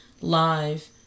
live